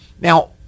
Now